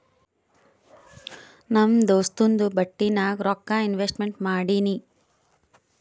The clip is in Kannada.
ನಮ್ ದೋಸ್ತುಂದು ಬಟ್ಟಿ ನಾಗ್ ರೊಕ್ಕಾ ಇನ್ವೆಸ್ಟ್ಮೆಂಟ್ ಮಾಡಿನಿ